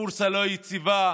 הבורסה לא יציבה,